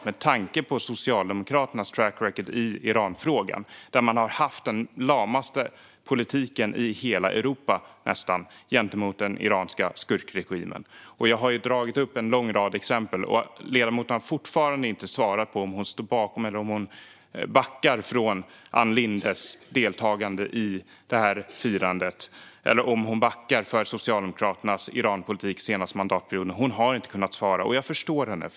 Med tanke på Socialdemokraternas track record i Iranfrågan, där man har haft den nästan lamaste politiken i hela Europa gentemot den iranska skurkregimen, tycker jag som sagt att det är lite magstarkt att det här kommer från en socialdemokrat. Jag har dragit upp en lång rad exempel, och ledamoten har fortfarande inte svarat på om hon står bakom eller backar från Ann Lindes deltagande i det här firandet eller om hon backar från Socialdemokraternas Iranpolitik den senaste mandatperioden. Hon har inte kunnat svara, och jag förstår henne.